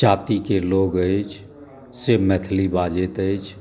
जातिके लोक अछि से मैथिली बाजैत अछि